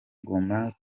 ngoma